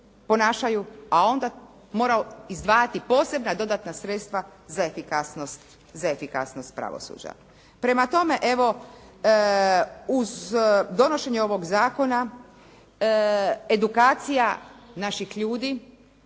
a onda moramo izdvajati posebna dodatna sredstva za efikasnost pravosuđa. Prema tome evo, uz donošenje ovog zakona edukacija naših ljudi